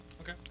Okay